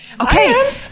Okay